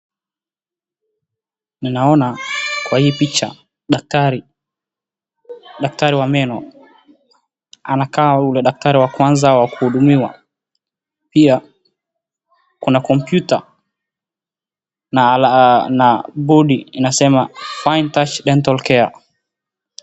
Ninaona kwa hii picha daktari wa meno. Anakaa huyu ndo daktari wa kwanza wa kuhudumiwa. Pia kuna computer na bodi inayosema Fine Touch Dental Care.